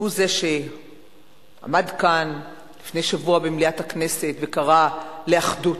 הוא זה שעמד כאן לפני שבוע במליאת הכנסת וקרא לאחדות,